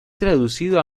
traducido